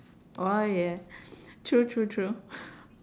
orh yeah true true true